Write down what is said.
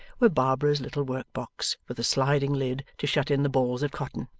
were barbara's little work-box with a sliding lid to shut in the balls of cotton,